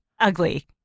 Ugly